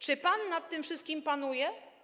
Czy pan nad tym wszystkim panuje?